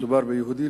כשמדובר ביהודי,